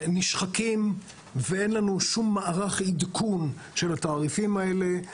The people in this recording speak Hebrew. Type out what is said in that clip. נשחקים ואין לנו שום מערך עדכון של התעריפים האלה.